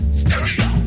stereo